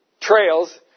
trails